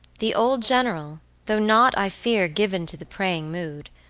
the old general, though not i fear given to the praying mood,